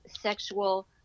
sexual